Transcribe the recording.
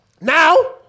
Now